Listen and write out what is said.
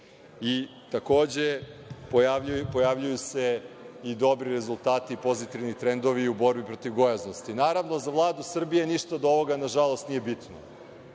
Takođe, pojavljuju se i dobri rezultati i pozitivni trendovi i u borbi protiv gojaznosti. Naravno, za Vladu Srbije ništa od ovoga nažalost nije bitno